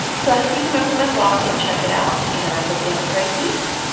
so i hope you come over to my blog and check it out, and i hope you have a great week!